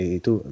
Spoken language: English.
itu